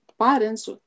parents